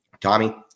Tommy